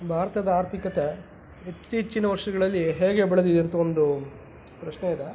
ಭಾರತದ ಆರ್ಥಿಕತೆ ಇತ್ತೀಚಿನ ವರ್ಷಗಳಲ್ಲಿ ಹೇಗೆ ಬೆಳೆದಿದೆ ಅಂತ ಒಂದು ಪ್ರಶ್ನೆ ಇದೆ